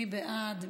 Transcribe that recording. מי בעד?